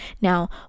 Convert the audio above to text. Now